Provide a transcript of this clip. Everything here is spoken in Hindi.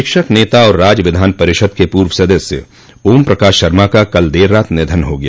शिक्षक नेता और राज्य विधान परिषद के पूर्व सदस्य ओम प्रकाश शर्मा का कल देर रात निधन हो गया